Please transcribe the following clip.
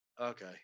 Okay